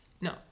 No